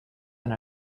than